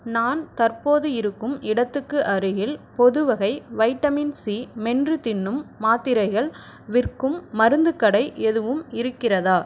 நான் தற்போது இருக்கும் இடத்துக்கு அருகில் பொதுவகை வைட்டமின் சி மென்று தின்னும் மாத்திரைகள் விற்கும் மருந்துக் கடை எதுவும் இருக்கிறதா